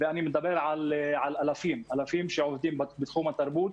ואני מדבר על אלפים שעובדים בתחום התרבות,